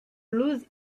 lose